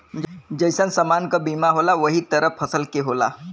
जइसन समान क बीमा होला वही तरह फसल के होला